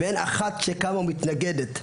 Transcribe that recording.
ואין אחת שקמה ומתנגדת.